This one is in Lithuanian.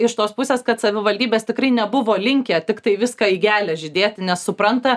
iš tos pusės kad savivaldybės tikrai nebuvo linkę tiktai viską į geležį dėti nes supranta